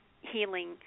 healing